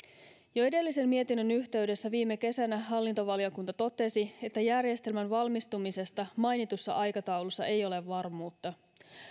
jo edellisen mietinnön yhteydessä viime kesänä hallintovaliokunta totesi että järjestelmän valmistumisesta mainitussa aikataulussa ei ole varmuutta